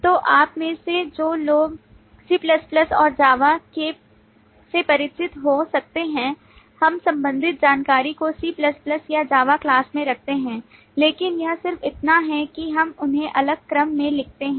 तो आप में से जो लोग C और Java से परिचित हो सकते हैं हम संबंधित जानकारी को C या Java क्लास में रखते हैं लेकिन यह सिर्फ इतना है कि हम उन्हें अलग क्रम में लिखते हैं